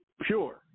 pure